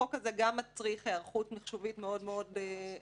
החוק הזה גם מצריך היערכות מחשובית מאוד מאוד רצינית,